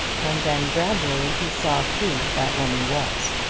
and then gradually he saw who that woman was.